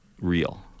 real